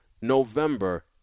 November